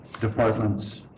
department's